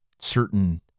certain